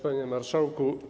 Panie Marszałku!